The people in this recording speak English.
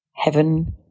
Heaven